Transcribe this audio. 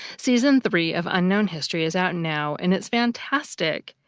season three of unknown history is out now and it's fantastic.